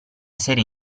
serie